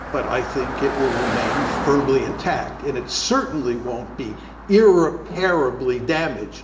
but i think it will remain firmly intact. and it certainly won't be irreparably damaged,